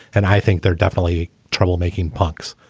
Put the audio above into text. and i think they're definitely troublemaking punks.